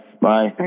Bye